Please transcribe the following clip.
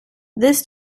this